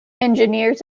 engineers